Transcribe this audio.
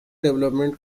development